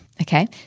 Okay